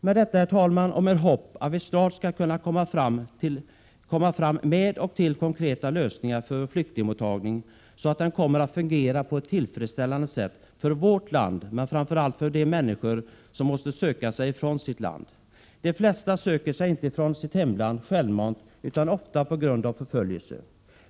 Herr talman! Det är min förhoppning att vi snarast skall kunna komma fram med och till konkreta lösningar för vår flyktingmottagning, så att den kommer att fungera tillfredsställande för vårt land men framför allt för de människor som måste söka sig ifrån sitt eget land. De flesta söker sig inte ifrån sitt hemland självmant utan på grund av förföljelse.